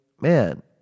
man